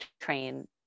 train